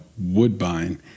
Woodbine